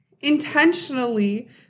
intentionally